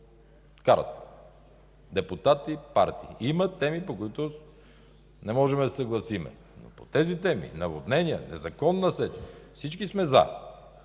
карате – депутати, партии. Има теми, по които не можем да се съгласим. Но по тези теми – наводнения, незаконна сеч, всички сме „за”.